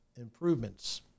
improvements